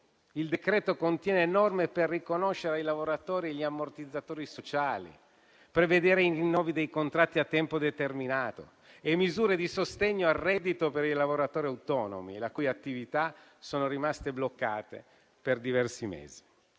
il decreto contiene norme per riconoscere ai lavoratori gli ammortizzatori sociali e per prevedere i rinnovi dei contratti a tempo determinato; contiene inoltre misure di sostegno al reddito per i lavoratori autonomi, le cui attività sono rimaste bloccate per diversi mesi.